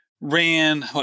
ran